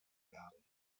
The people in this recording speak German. werden